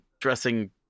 dressing